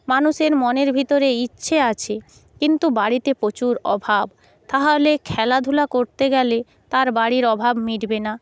মানুষের মনের ভিতরে ইচ্ছে আছে কিন্তু বাড়িতে প্রচুর অভাব তাহলে খেলাধুলা করতে গেলে তার বাড়ির অভাব মিটবে না